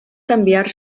canviar